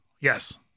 Yes